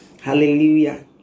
Hallelujah